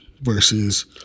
versus –